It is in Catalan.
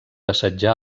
assetjar